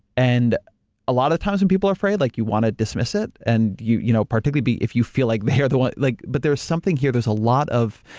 and a lot of times when people are afraid like you wanna dismiss it, and you know particularly be if you feel like they are the one. like but there is something here. there is a lot of.